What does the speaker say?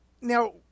Now